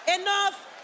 Enough